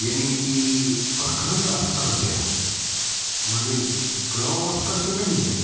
यानी कि प्रखंड स्तर पर है माने गाँव स्तर पर नहीं है